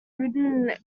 written